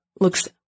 looks